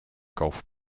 golf